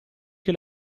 che